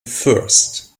first